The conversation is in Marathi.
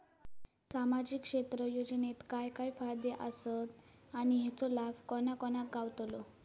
सामजिक क्षेत्र योजनेत काय काय फायदे आसत आणि हेचो लाभ कोणा कोणाक गावतलो?